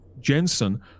Jensen